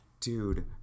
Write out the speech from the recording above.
dude